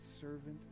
servant